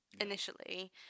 initially